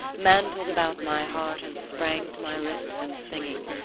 mantled about my heart and sprang to my lips in singing.